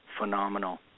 phenomenal